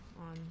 on